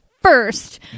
First